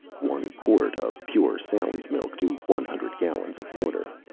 one quart of pure sally's milk to one hundred gallons of water.